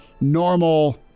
normal